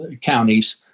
counties